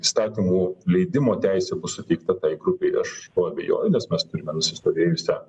įstatymų leidimo teisė bus suteikta tai grupei aš tuo abejoju nes mes turime nusistovėjusią